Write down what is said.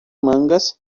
mangas